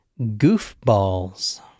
goofballs